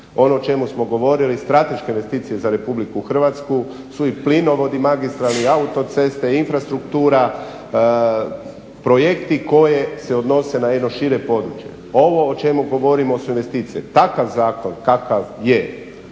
Ono o čemu smo govorili, strateške investicije za RH su i plinovod i magistrala i autoceste i infrastruktura, projekti koje se odnose na jedno šire područje. Ovo o čemu govorimo su investicije. Takav zakon kakav je